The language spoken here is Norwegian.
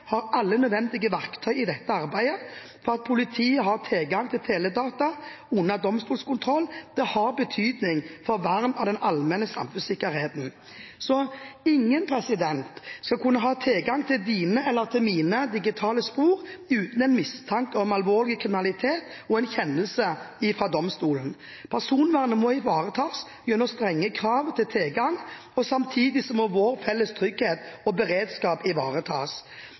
har alle nødvendige verktøy i dette arbeidet, for det at politiet har tilgang til teledata under domstolskontroll, har betydning for vern av den allmenne samfunnssikkerheten. Ingen skal kunne ha tilgang til dine og mine digitale spor uten en mistanke om alvorlig kriminalitet og en kjennelse fra domstolen. Personvernet må ivaretas gjennom strenge krav til tilgang, og samtidig må vår felles trygghet og beredskap ivaretas.